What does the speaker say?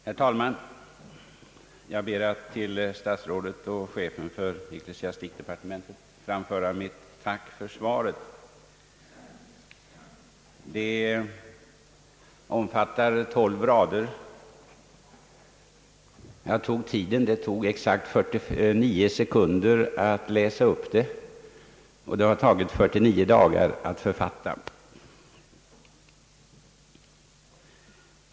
Herr talman! Jag ber att till statsrådet och chefen för ecklesiastikdepar tementet få framföra mitt tack för svaret. Svaret omfattar tolv rader. Jag tog tid — det tog exakt 49 sekunder att läsa upp det, och det har tagit 49 dagar att författa det.